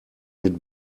mit